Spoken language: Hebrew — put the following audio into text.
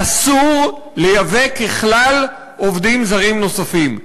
ואסור לייבא, ככלל, עובדים זרים נוספים.